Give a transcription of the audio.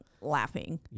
laughing